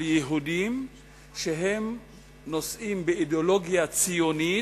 ליהודים שהם נושאים באידיאולוגיה ציונית